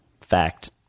fact